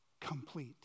complete